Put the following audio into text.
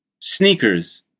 Sneakers